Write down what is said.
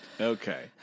Okay